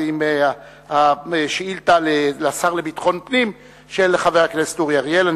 עם השאילתא לשר לביטחון פנים של חבר הכנסת אורי אריאל.